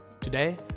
Today